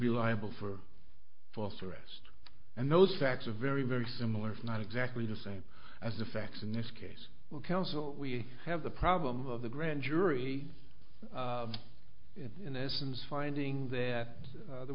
be liable for false arrest and those facts are very very similar not exactly the same as the facts in this case will counsel we have the problem of the grand jury in essence finding that there